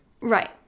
right